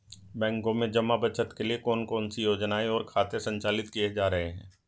बैंकों में जमा बचत के लिए कौन कौन सी योजनाएं और खाते संचालित किए जा रहे हैं?